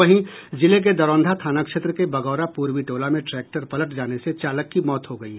वहीं जिले के दरौंधा थाना क्षेत्र के बगौरा पूर्वी टोला में ट्रैक्टर पलट जाने से चालक की मौत हो गयी